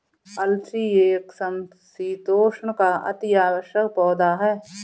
अलसी एक समशीतोष्ण का अति आवश्यक पौधा है